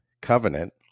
covenant